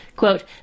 Quote